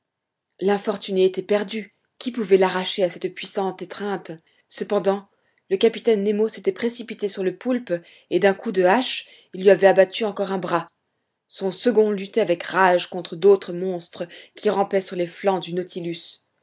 l'infortuné était perdu qui pouvait l'arracher à cette puissante étreinte cependant le capitaine nemo s'était précipité sur le poulpe et d'un coup de hache il lui avait encore abattu un bras son second luttait avec rage contre d'autres monstres qui rampaient sur les flancs du nautilus